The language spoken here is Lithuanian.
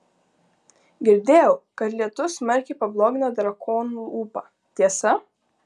girdėjau kad lietus smarkiai pablogina drakonų ūpą tiesa